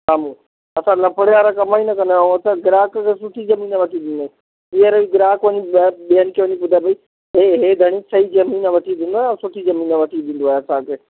सामुहूं असां लफड़े वारा कम ई न कंदा आहियूं असां ग्राहक खे सुठी ज़मीन वठी ॾींदा आहियूं हींअर ग्राहक ऐं बि ॿियनि खे बि इहे सही ज़मीन वठी ॾींदव ऐं सुठी ज़मीन वठी ॾींदव असांखे